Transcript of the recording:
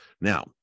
Now